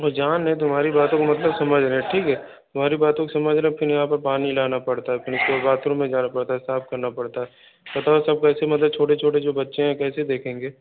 तो जान है तुम्हारी बातों का मतलब समझ रहे हैं ठीक है तुम्हारी बातों को समझ रहे है फिर यहाँ पानी लाना पड़ता है फिर उसके बाद बाथरूम में जाना पड़ता है साफ करना पड़ता है बताओ सब कैसे मदद छोटे छोटे जो बच्चे हैं कैसे देखेंगे